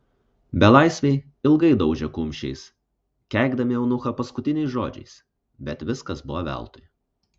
belaisviai ilgai daužė kumščiais keikdami eunuchą paskutiniais žodžiais bet viskas buvo veltui